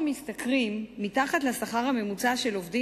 במסגרת המענה על השאילתא נערכה בדיקת